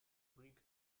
bring